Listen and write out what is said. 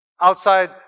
outside